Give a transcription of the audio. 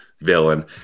villain